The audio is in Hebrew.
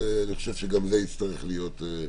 גם זה יצטרך להיות.